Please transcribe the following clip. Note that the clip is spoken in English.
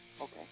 okay